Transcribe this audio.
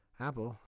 Apple